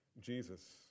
Jesus